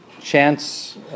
chance